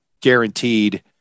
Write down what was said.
guaranteed